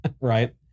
right